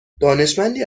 دانشمندی